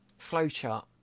flowchart